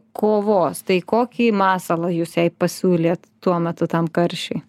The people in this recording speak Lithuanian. kovos tai kokį masalą jūs jai pasiūlėt tuo metu tam karšiui